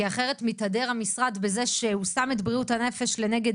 אחרת המשרד מתהדר בזה שהוא שם את בריאות הנפש לנגד